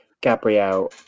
Gabrielle